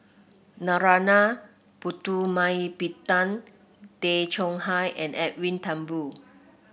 Narana Putumaippittan Tay Chong Hai and Edwin Thumboo